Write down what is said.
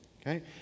Okay